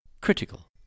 critical